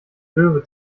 löwe